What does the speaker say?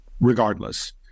regardless